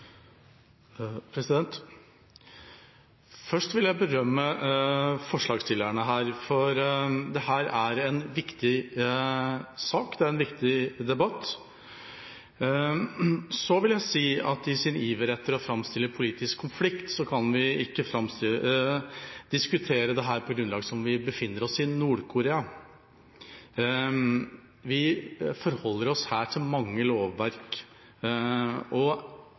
måte. Først vil jeg berømme forslagsstillerne, for dette er en viktig sak og en viktig debatt. Så vil jeg si at i sin iver etter å framstille politisk konflikt kan man ikke diskutere dette på et grunnlag som om vi befinner oss i Nord-Korea. Vi forholder oss her til mange lovverk, og